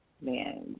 man